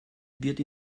wird